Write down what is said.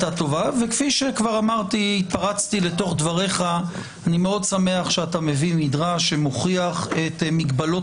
אני מאוד שמח שאתה מביא מדרש שמביא את מגבלות